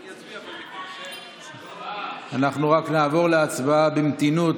אנחנו רק נעבור להצבעה במתינות,